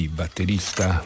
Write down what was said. batterista